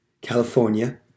California